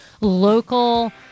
local